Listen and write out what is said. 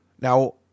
Now